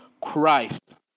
Christ